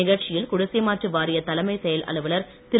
நிகழ்ச்சியில் குடிசை மாற்று வாரிய தலைமைச் செயல் அலுவலர் திரு